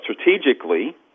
strategically